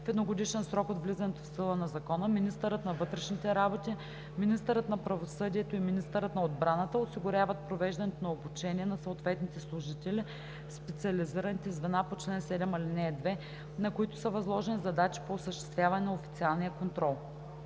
В едногодишен срок от влизането в сила на закона министърът на вътрешните работи, министърът на правосъдието и министърът на отбраната осигуряват провеждането на обучение на съответните служители в специализираните звена по чл. 7, ал. 2, на които са възложени задачи по осъществяване на официален контрол.“